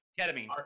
Ketamine